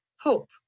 hope